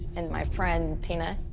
and my friend tina.